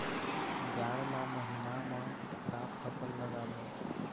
जाड़ ला महीना म का फसल लगाबो?